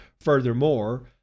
Furthermore